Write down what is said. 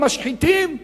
המשחיתים,